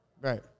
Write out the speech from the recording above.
Right